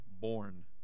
born